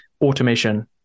Automation